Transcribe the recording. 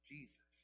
Jesus